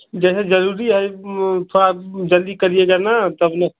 जैसे जरूरी है थोड़ा जल्दी करियेगा ना तब मैं